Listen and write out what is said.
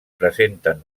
presenten